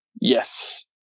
yes